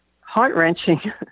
heart-wrenching